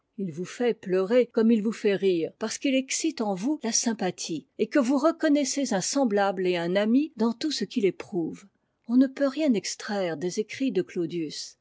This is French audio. il vous fait pleurer comme il vous fait rire parce qu'il excite en vous la sympathie et que vous reconnaissez un semblable et un ami dans tout ce qu'il éprouve on ne peut rien extraire des écrits de claudius